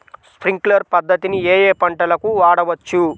Sprinkler పద్ధతిని ఏ ఏ పంటలకు వాడవచ్చు?